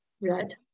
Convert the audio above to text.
right